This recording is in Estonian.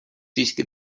siiski